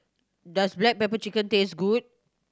does black pepper chicken taste good